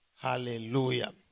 Hallelujah